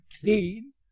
clean